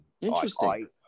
Interesting